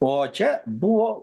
o čia buvo